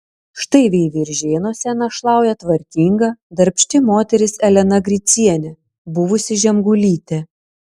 štai veiviržėnuose našlauja tvarkinga darbšti moteris elena gricienė buvusi žemgulytė